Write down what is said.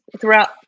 throughout